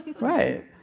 right